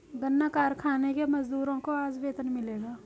गन्ना कारखाने के मजदूरों को आज वेतन मिलेगा